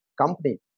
company